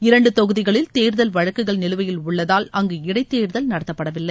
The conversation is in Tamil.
இரண்டு தொகுதிகளில் தேர்தல் வழக்குகள் நிலுவையில் உள்ளதால் அங்கு இடைத்தேர்தல் நடத்தப்படவில்லை